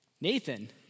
Nathan